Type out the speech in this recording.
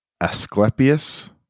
Asclepius